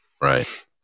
Right